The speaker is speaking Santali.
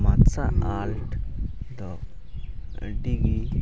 ᱫᱚ ᱟᱹᱰᱤ ᱜᱮ